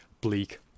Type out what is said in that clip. bleak